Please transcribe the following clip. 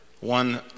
one